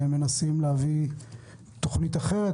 והם מנסים להביא תוכנית אחרת,